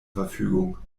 verfügung